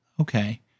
Okay